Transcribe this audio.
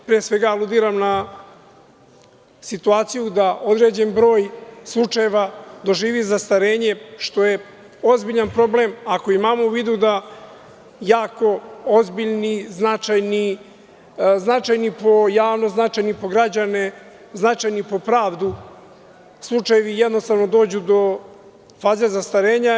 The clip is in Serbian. Pre svega aludiram na situaciju da određen broj slučajeva doživi zastarenje, što je ozbiljan problem ako imamo u vidu da jako ozbiljni, značajni, značajni po javnost, značajni po građane, značajni po pravdu slučajevi jednostavno dođu do faze zastarenja.